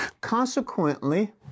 Consequently